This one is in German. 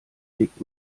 legt